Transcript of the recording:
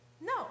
No